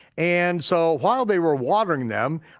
and so while they were watering them,